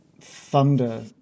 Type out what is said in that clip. thunder